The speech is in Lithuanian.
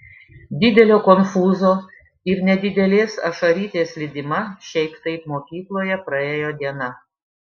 didelio konfūzo ir nedidelės ašarytės lydima šiaip taip mokykloje praėjo diena